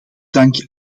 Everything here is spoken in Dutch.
dank